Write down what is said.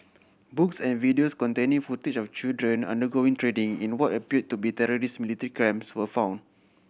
books and videos containing footage of children undergoing training in what appeared to be terrorist military camps were found